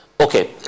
Okay